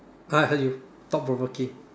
!huh! you thought provoking